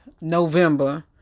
November